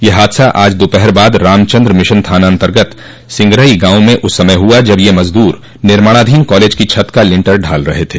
यह हादसा आज दोपहर बाद रामचन्द्र मिशन थाना अन्तर्गत सिगरई गांव में उस समय हुआ जब ये मजदूर निर्माणाधीन कॉलेज की छत का लिंटर डाल रहे थे